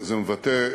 זה מבטא,